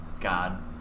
God